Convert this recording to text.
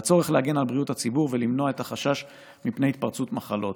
והצורך להגן על בריאות הציבור ולמנוע את החשש מפני התפרצות מחלות.